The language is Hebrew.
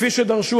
כפי שדרשו,